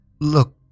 Look